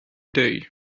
day